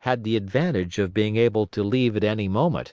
had the advantage of being able to leave at any moment,